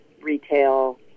retail